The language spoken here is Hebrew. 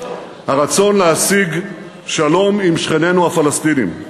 הרצון להשיג שלום עם שכנינו הפלסטינים.